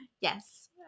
Yes